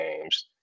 games